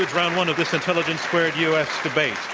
round one of this intelligence squared u. s. debate.